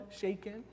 shaken